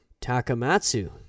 Takamatsu